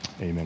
Amen